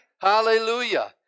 hallelujah